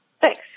Thanks